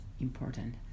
important